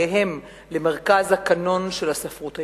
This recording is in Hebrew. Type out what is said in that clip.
בחייהם למרכז הקנון של הספרות העברית.